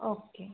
okay